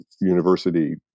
University